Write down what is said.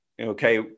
Okay